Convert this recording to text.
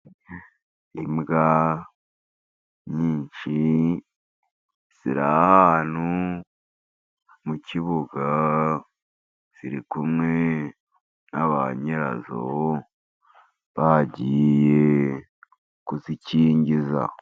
Imbwa nyinshi ziri ahantu mu kibuga, ziri kumwe na banyirazo bagiye kuzikingiza.